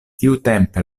tiutempe